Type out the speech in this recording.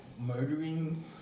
murdering